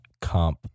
comp